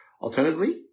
Alternatively